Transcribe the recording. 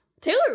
Taylor